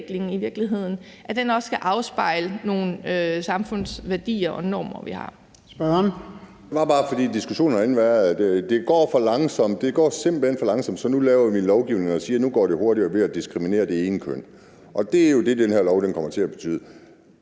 Brask): Spørgeren. Kl. 14:27 Kim Edberg Andersen (DD): Det er, bare fordi diskussionen her inden har været, at det går for langsomt. Det går simpelt hen for langsomt, så nu laver vi en lovgivning, der siger, at nu går det hurtigere ved at diskriminere det ene køn, og det er jo det, den her lov kommer til at betyde.